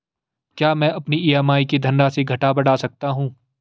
क्या मैं अपनी ई.एम.आई की धनराशि घटा बढ़ा सकता हूँ?